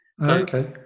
Okay